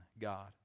God